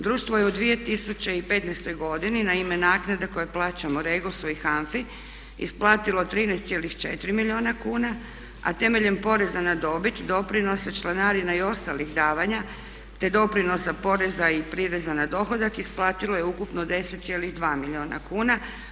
Društvo je u 2015. godini na ime naknada koje plaćamo REGOS-u i HANFA-i isplatilo 13,4 milijuna kuna, a temeljem poreza na dobit, doprinosa, članarina i ostalih davanja te doprinosa poreza i prireza na dohodak isplatilo je ukupno 10,2 milijuna kuna.